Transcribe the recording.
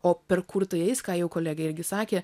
o per kur tai eis ką jau kolegė irgi sakė